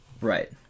Right